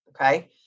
okay